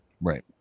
Right